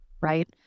right